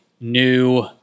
new